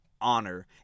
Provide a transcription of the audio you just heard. honor